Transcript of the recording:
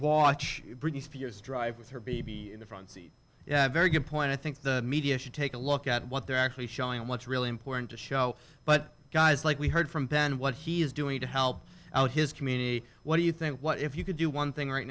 watch britney spears drive with her baby in the front seat very good point i think the media should take a look at what they're actually showing what's really important to show but guys like we heard from ben what he is doing to help out his community what do you think what if you could do one thing right